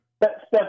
Step